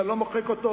ואני לא מוחק אותו.